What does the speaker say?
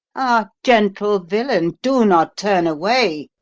ah, gentle villain, do not turn away!